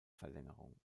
verlängerung